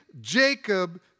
Jacob